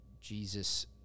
Jesus